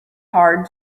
hard